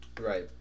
right